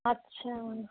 अछा